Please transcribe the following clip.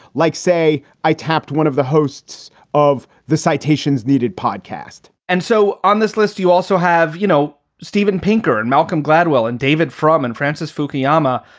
like, say, i tapped one of the hosts of the citations needed podcast and so on this list, you also have, you know, steven pinker and malcolm gladwell and david frum and francis fukuyama,